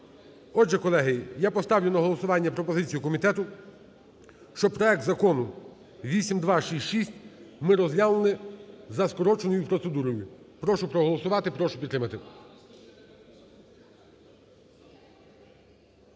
Отже, колеги, я поставлю на голосування пропозицію комітету, щоб проект Закону 8266 ми розглянули за скороченою процедурою. Прошу проголосувати. Прошу підтримати.